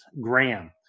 Graham